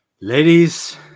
Ladies